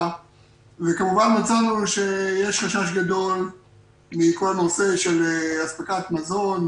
וכמובן מצאנו שיש חשש גדול מכל הנושא של אספקת מזון,